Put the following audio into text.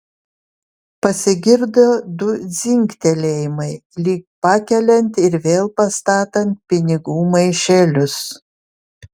pasigirdo du dzingtelėjimai lyg pakeliant ir vėl pastatant pinigų maišelius